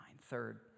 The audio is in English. Third